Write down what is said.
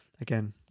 again